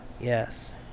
Yes